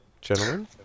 gentlemen